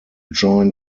join